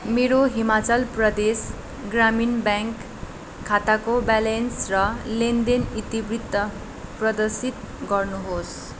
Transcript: मेरो हिमाचल प्रदेश ग्रामिन ब्याङ्क खाताको ब्यालेन्स र लेनदेन इतिवृत्ति प्रदर्शित गर्नुहोस्